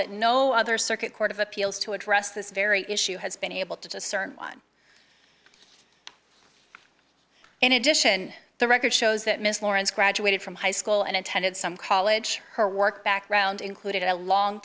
that no other circuit court of appeals to address this very issue has been able to discern in addition the record shows that miss lawrence graduated from high school and attended some college her work background included a long